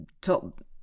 top